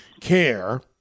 Care